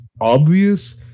obvious